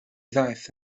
ddaeth